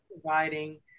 providing